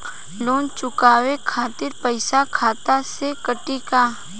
Loan चुकावे खातिर पईसा खाता से कटी का?